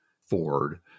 Ford